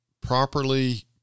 properly